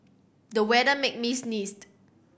the weather made me sneezed